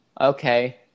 Okay